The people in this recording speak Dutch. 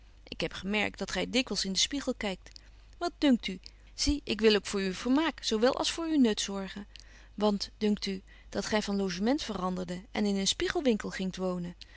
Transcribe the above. ik heb gemerkt dat gy dikwyls in den spiegel kykt wat dunkt u zie ik wil ook betje wolff en aagje deken historie van mejuffrouw sara burgerhart voor uw vermaak zo wel als voor uw nut zorgen want dunkt u dat gy van logement veranderde en in een spiegelwinkel gingt wonen